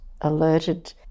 alerted